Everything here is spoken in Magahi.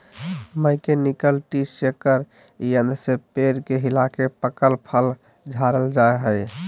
मैकेनिकल ट्री शेकर यंत्र से पेड़ के हिलाके पकल फल झारल जा हय